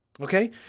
okay